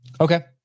Okay